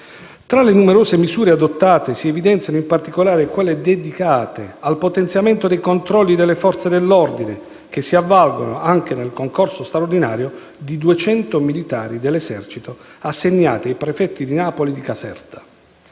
Tra le numerose misure adottate si evidenziano, in particolare, quelle dedicate al potenziamento dei controlli delle Forze dell'ordine, che si avvalgono anche del concorso straordinario di 200 militari dell'Esercito, assegnati ai prefetti di Napoli e di Caserta.